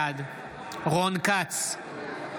בעד רון כץ,